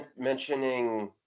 mentioning